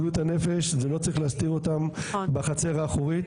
בריאות הנפש, לא צריך להסתיר אותם בחצר האחורית.